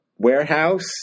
warehouse